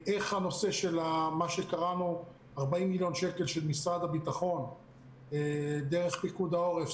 40 מיליון שקל של משרד הביטחון דרך פיקוד העורף,